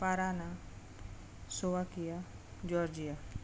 Parana Slovakia Georgia